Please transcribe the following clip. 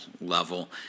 level